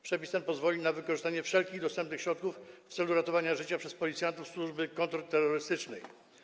Przepis ten pozwoli na wykorzystanie wszelkich dostępnych środków w celu ratowania życia przez policjantów służby kontrterrorystycznej.